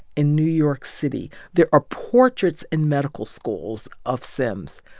in new york city. there are portraits in medical schools of sims.